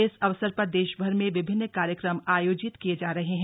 इस अवसर पर देशभर में विभिन्न कार्यक्रम आयोजित किए जा रहे हैं